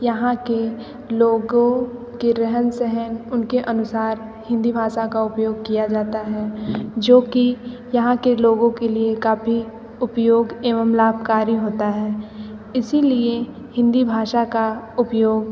यहाँ के लोगों के रहन सहन उन के अनुसार हिंदी भाषा का उपयोग किया जाता है जो कि यहाँ के लोगों के लिए काफ़ी उपयोग एवं लाभकारी होता है इसी लिए हिंदी भाषा का उपयोग